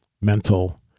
mental